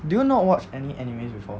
do you not watch any anime before